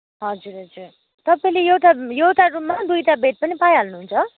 हजुर हजुर तपाईँले एउटा एउटा रुममा दुइटा बेड पनि पाइहाल्नु हुन्छ